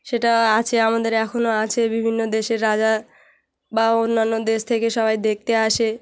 সেটা আছে আমাদের এখনো আছে বিভিন্ন দেশের রাজা বা অন্যান্য দেশ থেকে সবাই দেখতে আসে